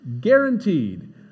Guaranteed